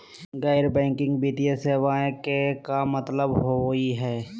गैर बैंकिंग वित्तीय सेवाएं के का मतलब होई हे?